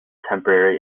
temporary